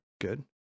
good